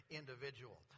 individual